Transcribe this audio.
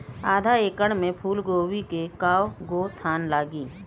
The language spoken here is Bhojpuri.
आधा एकड़ में फूलगोभी के कव गो थान लागी?